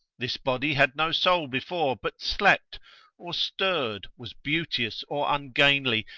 this body had no soul before, but slept or stirred, was beauteous or un gainly,